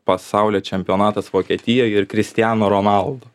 pasaulio čempionatas vokietijoj ir kristiano ronaldo